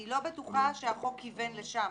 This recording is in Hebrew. אני לא בטוחה שהחוק כיוון לשם.